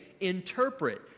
interpret